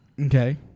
Okay